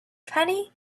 penny